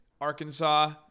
Arkansas